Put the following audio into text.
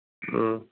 ओम